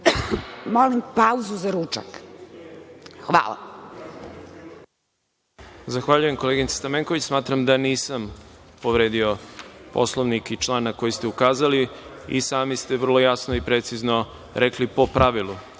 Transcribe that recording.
Molim pauzu za ručak. Hvala. **Đorđe Milićević** Zahvaljujem koleginice Stamenković, smatram da nisam povredio Poslovnik i član na koji ste ukazali i sami ste vrlo jasno i precizno rekli po pravilu